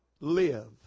Live